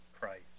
Christ